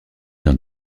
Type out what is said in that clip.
dans